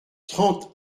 trente